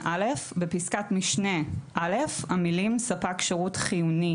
בפסקת משנה (א), המילים "ספק שירות חיוני"